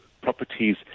properties